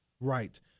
right